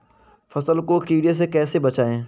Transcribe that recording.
फसल को कीड़े से कैसे बचाएँ?